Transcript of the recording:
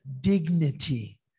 dignity